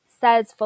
says